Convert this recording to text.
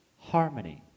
harmony